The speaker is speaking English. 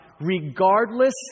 regardless